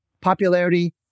popularity